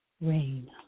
rain